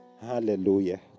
Hallelujah